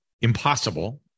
Impossible